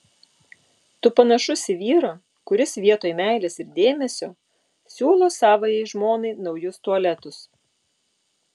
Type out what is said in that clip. tu panašus į vyrą kuris vietoj meilės ir dėmesio siūlo savajai žmonai naujus tualetus